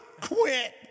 quit